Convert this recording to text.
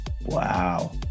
Wow